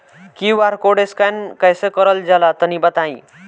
QR code scan कैसे क़रल जला तनि बताई?